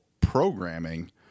programming